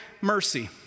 mercy